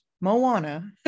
moana